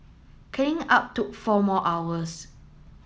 cleaning up took four more hours